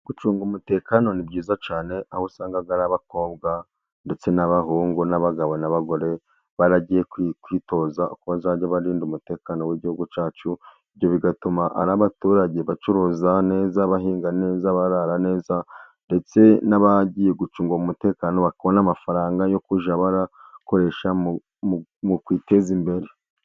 Gucunga umutekano ni byiza cyane, aho usanga ari abakobwa ndetse n'abahungu, n'abagabo n'abagore, baragiye kwi kwitoza uko bazajya barinda umutekano w'igihugu cyacu, ibyo bigatuma ari abaturage bacuruza neza, bahinga neza, barara neza, ndetse n'abagiye gucunga umutekano bakabona amafaranga yo kujya barakoresha mu kwiteza imbere.